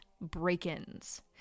break-ins